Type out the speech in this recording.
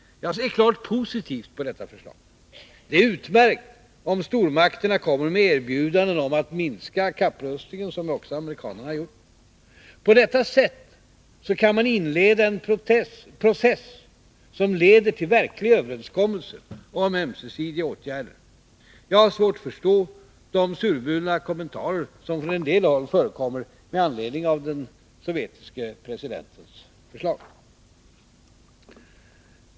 Jag ser klart positivt på detta förslag. Det är utmärkt om stormakterna kommer med erbjudanden om att minska kapprustningen, som amerikanarna gjort. På detta sätt kan man inleda en process, som leder till verkliga överenskommelser om ömsesidiga åtgärder. Jag har svårt att förstå de surmulna kommentarer som från en del håll förekommer med anledning av den sovjetiske presidentens förslag.